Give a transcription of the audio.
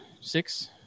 Six